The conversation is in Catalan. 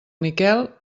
miquel